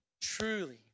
truly